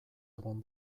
egon